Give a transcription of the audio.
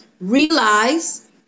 realize